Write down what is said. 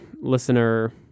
listener